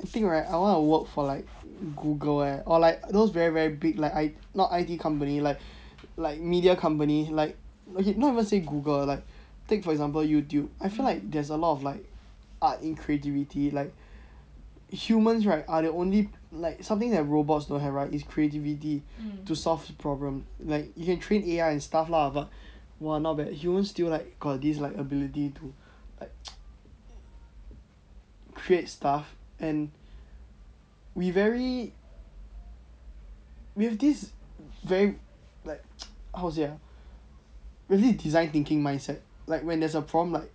I think right I want to work for like google eh or like those very very big like I not I_T company like like media company like not even say google like take for example youtube I feel like there is a lot of like art in creativity like humans right are the only like something that robots don't have is creativity to solve problem like you can train A_I and stuff lah but !wah! not bad humans still like got this like ability to like create stuff and we very with this very like how to say ah really design thinking mindset like when there is a problem like